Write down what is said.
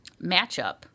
matchup